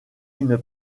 une